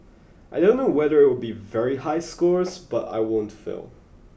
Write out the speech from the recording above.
I don't know whether it'll be very high scores but I won't fail